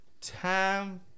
time